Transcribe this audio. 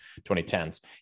2010s